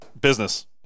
Business